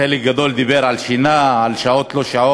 חלק גדול דיבר על שינה, על שעות-לא-שעות.